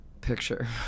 picture